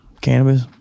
cannabis